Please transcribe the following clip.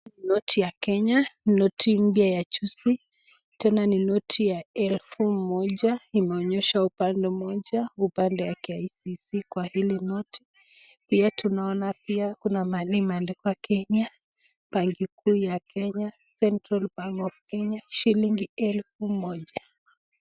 Hii ni noti ya Kenya, noti mpya ya juzi. Tena ni noti ya elfu moja imeonyeshwa upande moja, upande wa KICC. Kwa hili note pia tunaona mahali kumeandikwa Kenya, Banki kuu ya Kenya, Central Bank of Kenya, shilingi elfu moja.